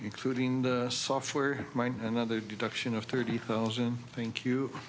including the software mine and other deduction of thirty thousand thank you